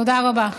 תודה רבה.